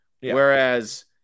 Whereas